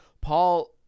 Paul